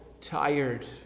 tired